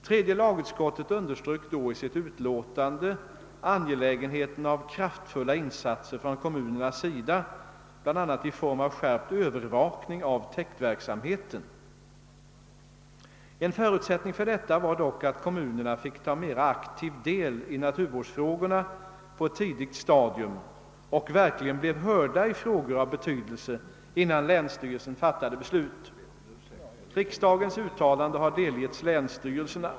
Tredje lagutskottet underströk då i sitt utlåtande angelägenheten av kraftfulla insatser från kommunernas sida, bl.a. i form av skärpt övervakning av täktverksamheten. En förutsättning för detta var dock att kommunerna fick ta mera aktiv del i naturvårdsfrågorna på ett tidigt stadium och verkligen blev hörda i frågor av betydelse, innan länsstyrelsen fattade beslut. Riksdagens uttalande har delgetts länsstyrelserna.